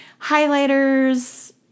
highlighters